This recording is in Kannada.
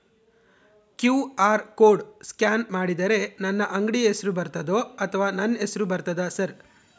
ಕ್ಯೂ.ಆರ್ ಕೋಡ್ ಸ್ಕ್ಯಾನ್ ಮಾಡಿದರೆ ನನ್ನ ಅಂಗಡಿ ಹೆಸರು ಬರ್ತದೋ ಅಥವಾ ನನ್ನ ಹೆಸರು ಬರ್ತದ ಸರ್?